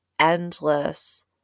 endless